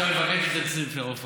עכשיו אני מבקש שתתנצלי בפני עפרה.